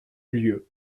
lieu